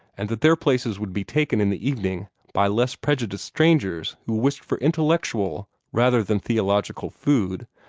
and that their places would be taken in the evening by less prejudiced strangers who wished for intellectual rather than theological food,